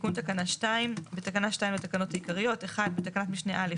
תיקון תקנה 2 2.בתקנה 2 לתקנות העיקריות - בתקנת משנה (א),